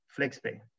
FlexPay